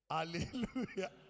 Hallelujah